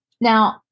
Now